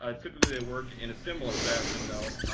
ah typically, they work in a similar fashion, though.